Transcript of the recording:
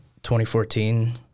2014